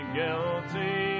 guilty